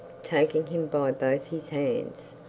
taking him by both his hands.